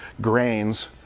grains